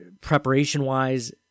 preparation-wise